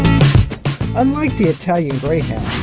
unlike the italian greyhound,